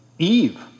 Eve